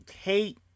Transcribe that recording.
hate